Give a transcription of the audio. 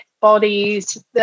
bodies